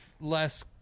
less